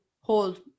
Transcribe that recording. hold